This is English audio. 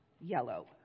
Yellow